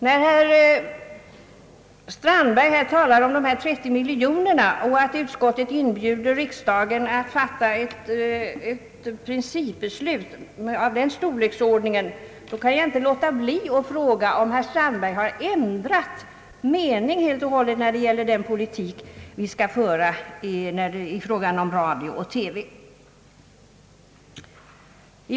När herr Strandberg talar om de 30 miljoner kronorna och att utskottet inbjuder riksdagen att fatta ett principbeslut av den storleksordningen, kan jag inte underlåta att fråga herr Strandberg, om han har ändrat mening helt och hållet när det gäller den politik vi skall föra i fråga om radio och TV.